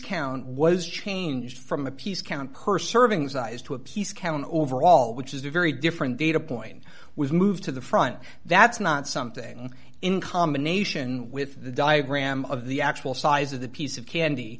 count was changed from a piece count per serving size to a piece count overall which is a very different data point was moved to the front that's not something in combination with the diagram of the actual size of the piece of candy